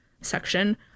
section